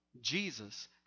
Jesus